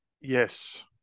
yes